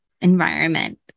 environment